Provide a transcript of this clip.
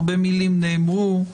הרבה מילים נאמרו,